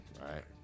Right